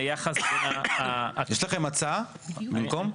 יש לכם הצעה במקום?